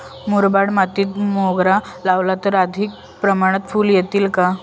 मुरमाड मातीत मोगरा लावला तर अधिक प्रमाणात फूले येतील का?